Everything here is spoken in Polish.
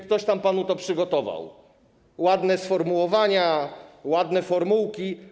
Ktoś tam panu to przygotował: ładne sformułowania, ładne formułki.